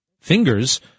fingers